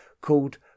called